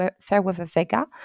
Fairweather-Vega